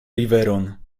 riveron